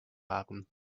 happen